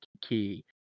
key